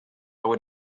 were